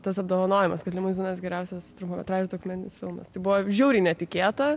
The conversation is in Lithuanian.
tas apdovanojimas kad limuzinas geriausias trumpametražis dokumentinis filmas tai buvo žiauriai netikėta